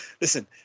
Listen